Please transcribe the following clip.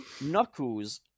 knuckles